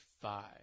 five